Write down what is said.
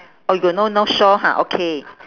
oh you no north shore ha okay